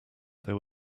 there